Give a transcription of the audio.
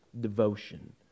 devotion